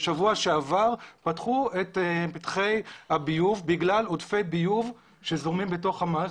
שבוע שעבר פתחו את פתחי הביוב בגלל עודפי ביוב שזורמים בתוך המים.